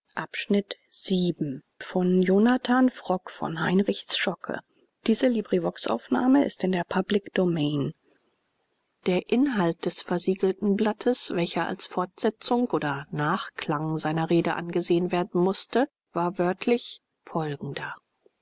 der inhalt des versiegelten blattes welcher als fortsetzung oder nachklang seiner rede angesehen werden mußte war wörtlich folgender